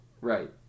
Right